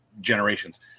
generations